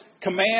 command